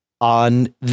on